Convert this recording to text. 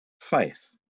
faith